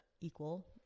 equal